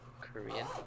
Korean